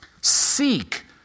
seek